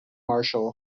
marshall